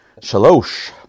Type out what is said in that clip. Shalosh